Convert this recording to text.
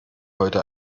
heute